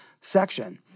section